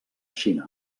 xina